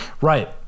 Right